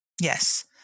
Yes